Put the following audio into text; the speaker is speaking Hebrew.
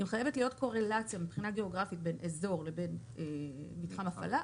חייבת להיות קורלציה מבחינה גיאוגרפית בין אזור לבין מתחם הפעלה,